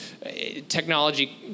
technology